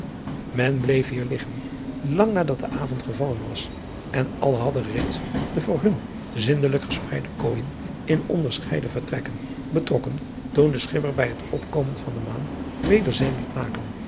men bleef hier liggen lang nadat de avond gevallen was en alle hadden reeds de voor hun zindelijke gespreide kooijen in onderscheiden vertrekken betrokken toen de schipper bij het opkomen van de maan weder zeil liet maken